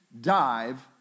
dive